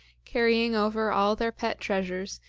carrying over all their pet treasures,